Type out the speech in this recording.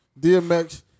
DMX